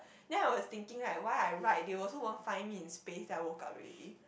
then I was thinking right why I write they also won't find me in space I woke up already